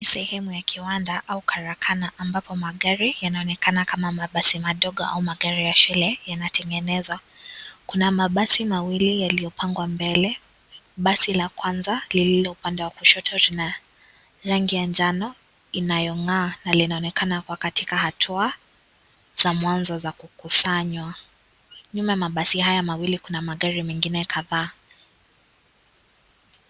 Ni sehemu ya kiwanda au karakana ambapo magari yanaonekana kama mabasi madogo au magari ya shule yanatengenezwa. Kuna mabasi mawili yaliyopangwa mbele, basi la kwanza lililo upande wa kushoto lina rangi ya njano inayong'aa na linaonekana kuwa katika hatua za mwanzo za kukusanywa. Nyuma ya mabasi haya mawili kuna magari mengine kadhaa.